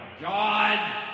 god